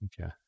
Okay